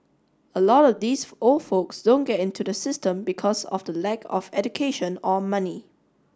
a lot of these old folks don't get into the system because of the lack of education or money